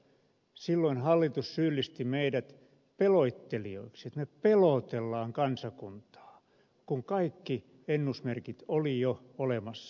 silloin hallitus syyllisti meidät pelottelijoiksi että me pelotellaan kansakuntaa kun kaikki ennusmerkit oli jo olemassa